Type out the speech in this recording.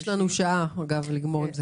אגב, יש לנו שעה לגמור עם זה.